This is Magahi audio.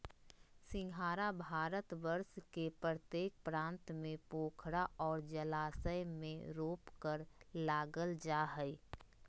सिंघाड़ा भारतवर्ष के प्रत्येक प्रांत में पोखरा और जलाशय में रोपकर लागल जा हइ